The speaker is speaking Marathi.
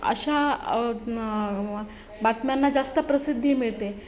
अशा मग बातम्यांना जास्त प्रसिद्धी मिळते